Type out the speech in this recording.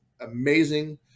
amazing